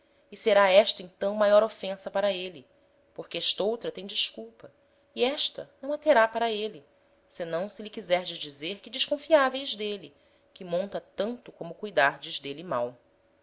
e será esta então maior ofensa para êle porque est'outra tem desculpa e esta não a terá para êle senão se lhe quiserdes dizer que desconfiaveis d'êle que monta tanto como cuidardes d'êle mal